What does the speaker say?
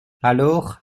alors